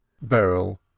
beryl